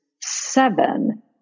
seven